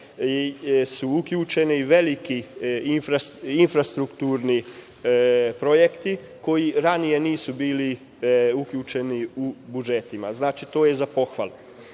su uključeni i veliki infrastrukturni projekti, koji ranije nisu bili uključeni u budžetima. To je za